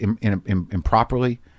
improperly